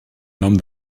nom